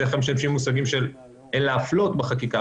בדרך כלל משתמשים במושגים של "אין להפלות" בחקיקה,